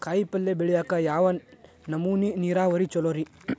ಕಾಯಿಪಲ್ಯ ಬೆಳಿಯಾಕ ಯಾವ ನಮೂನಿ ನೇರಾವರಿ ಛಲೋ ರಿ?